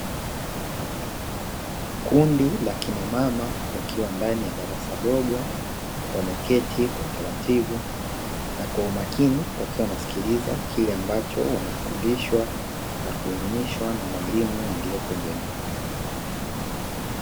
Kundi la kinamama wakiwa ndani ya darasa dogo, wameketi kwa makini wakiwa wanasikiliza kile ambacho wanafundishwa na kuelimishwa na mwalimu aliyepo mbele.